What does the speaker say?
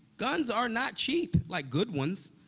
guns are not cheap! like, good ones.